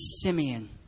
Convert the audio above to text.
Simeon